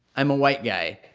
i'm a white guy.